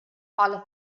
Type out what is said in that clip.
all